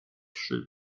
should